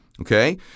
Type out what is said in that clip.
Okay